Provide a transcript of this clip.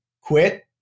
quit